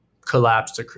collapsed